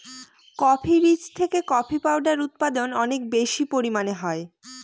coffee বীজ থেকে coffee powder উৎপাদন অনেক বেশি পরিমানে হয়